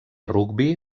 rugbi